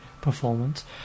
performance